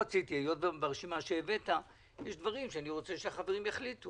ברשימה שהבאת יש דברים שאני רוצה שהחברים יחליטו,